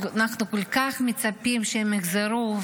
אנחנו כל כך מצפים שהם יחזרו.